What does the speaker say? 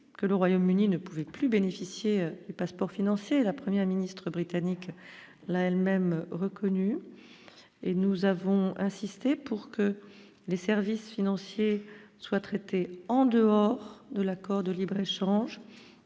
que le Royaume-Uni ne pouvait plus bénéficier passeports financer la première ministre britannique l'a elle-même reconnu et nous avons insisté pour que les services financiers soient traités en dehors de l'accord de libre-échange,